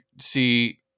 see